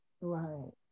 Right